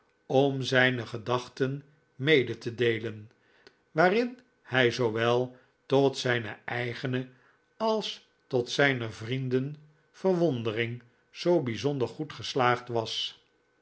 om zijne gedachten mede te deelen waarin hij zoowel tot zijne eigene als tot zijner vrienden verwondering zoo bijzonder goed geslaagd was